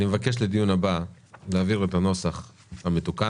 אני מבקש לדיון הבא להעביר את הנוסח המתוקן.